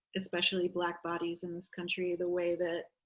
especially black bodies in this country. the way that